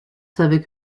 savait